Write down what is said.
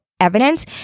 evidence